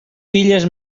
filles